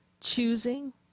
choosing